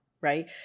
right